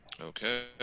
Okay